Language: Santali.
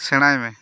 ᱥᱮᱸᱬᱟᱭ ᱢᱮ